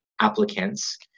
Applicants